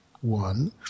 One